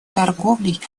торговлей